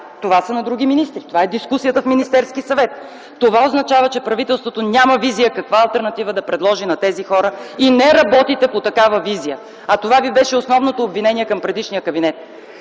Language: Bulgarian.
това са на други министри, това е дискусията в Министерски съвет. Това означава, че правителството няма визия каква алтернатива да предложи на тези хора, и не работите по такава визия. А това беше основното ви обвинение към предишния кабинет.